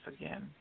again